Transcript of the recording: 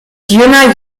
jünger